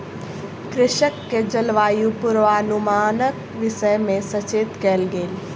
कृषक के जलवायु पूर्वानुमानक विषय में सचेत कयल गेल